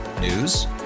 News